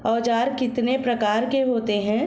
औज़ार कितने प्रकार के होते हैं?